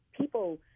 people